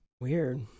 weird